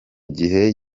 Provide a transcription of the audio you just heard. gihe